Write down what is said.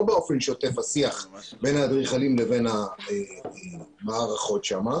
באופן שוטף השיח בין האדריכלים לבין המערכות שם,